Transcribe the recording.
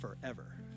forever